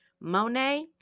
Monet